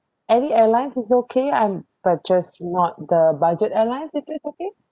any airline is okay I'm but just not the budget airlines if that's okay